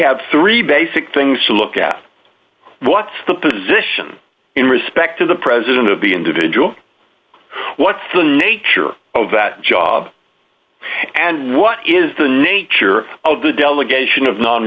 have three basic things to look at what's the position in respect of the president of the individual what's the nature of that job and what is the nature of the delegation of non